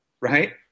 Right